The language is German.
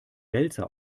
wälzer